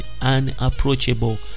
unapproachable